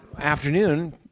afternoon